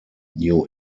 new